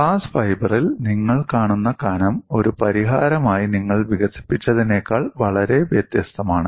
glass ഫൈബറിൽ നിങ്ങൾ കാണുന്ന കനം ഒരു പരിഹാരമായി നിങ്ങൾ വികസിപ്പിച്ചതിനേക്കാൾ വളരെ വ്യത്യസ്തമാണ്